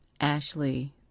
Ashley